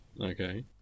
Okay